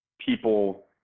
people